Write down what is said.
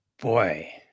Boy